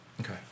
Okay